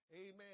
Amen